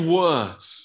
words